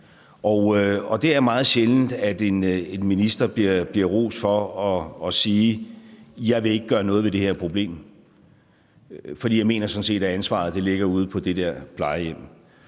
Og det er meget sjældent, at en minister bliver rost for at sige: Jeg vil ikke gøre noget ved det her problem, for jeg mener sådan set, at ansvaret ligger ude på det der plejehjem.